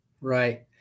Right